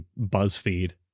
BuzzFeed